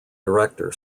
director